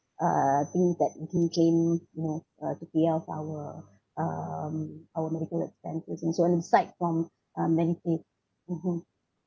uh things that do came you know uh to pay off our um our medical expenses and so on aside from uh MediSave mmhmm